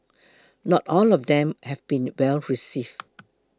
not all of them have been well received